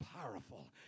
powerful